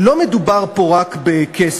לא מדובר פה רק בכסף,